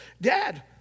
dad